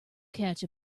catch